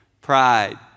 Pride